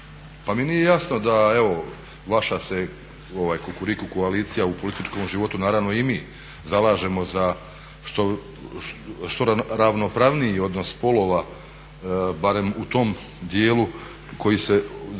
Pa mi nije jasno da evo vaša se Kukuriku koalicija u političkom životu, naravno i mi, zalažemo za što ravnopravniji odnos spolova barem u tom dijelu koji se